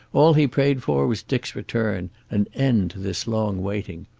all he prayed for was dick's return, an end to this long waiting.